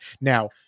Now